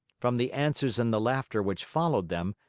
from the answers and the laughter which followed them,